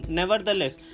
nevertheless